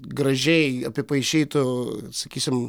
gražiai apipaišytu sakysim